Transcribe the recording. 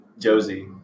Josie